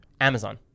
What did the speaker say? Amazon